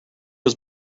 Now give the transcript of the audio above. was